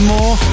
More